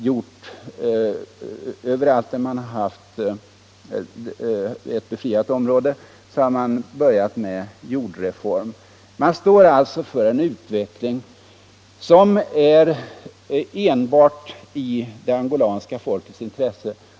MPLA har överallt där ett område befriats börjat med en jordreform. Man står alltså för en utveckling som är enbart i det angolanska folkets intresse.